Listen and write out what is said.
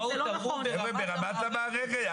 תראו ברמת המערכת.